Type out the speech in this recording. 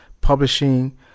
publishing